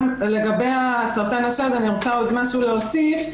לגבי סרטן השד אני רוצה עוד משהו להוסיף,